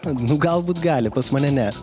nu galbūt gali pas mane ne